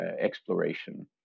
exploration